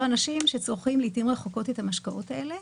אנשים שצורכים לעתים רחוקות את המשקאות האלה.